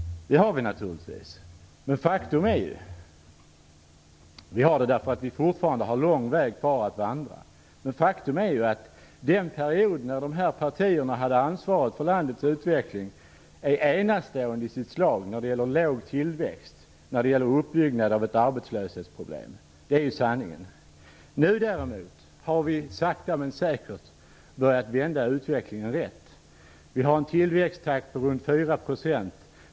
Det har vi naturligtvis, och det har vi därför att vi fortfarande har lång väg kvar att vandra. Faktum är att den period då de här partierna hade ansvar för landets utveckling var enastående i sitt slag när det gällde låg tillväxt och uppbyggnad av ett arbetslöshetsproblem. Det är sanningen. Nu har vi däremot sakta men säkert börjat vända utvecklingen rätt. Vi har en tillväxttakt på runt 4 %.